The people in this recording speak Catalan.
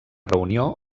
reunió